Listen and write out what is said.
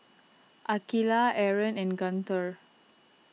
Aqilah Aaron and Guntur